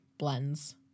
blends